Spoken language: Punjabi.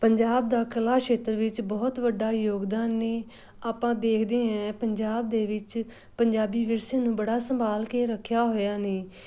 ਪੰਜਾਬ ਦਾ ਕਲਾ ਸ਼ੇਤਰ ਵਿੱਚ ਬਹੁਤ ਵੱਡਾ ਯੋਗਦਾਨ ਏ ਆਪਾਂ ਦੇਖਦੇ ਹੈ ਪੰਜਾਬ ਦੇ ਵਿੱਚ ਪੰਜਾਬੀ ਵਿਰਸੇ ਨੂੰ ਬੜਾ ਸੰਭਾਲ ਕੇ ਰੱਖਿਆ ਹੋਇਆ ਨੇ